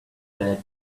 that